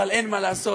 אבל אין מה לעשות,